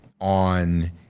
on